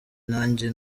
nanjye